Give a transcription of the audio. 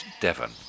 devon